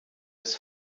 des